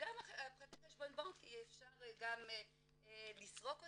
שגם פרטי חשבון הבנק יהיה אפשר לסרוק אותם,